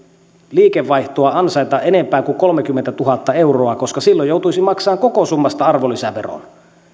liikevaihtoa ansaita enempää kuin kolmekymmentätuhatta euroa koska silloin joutuisi maksamaan koko summasta arvonlisäveron